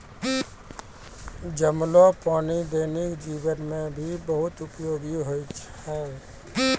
जमलो पानी दैनिक जीवन मे भी बहुत उपयोगि होय छै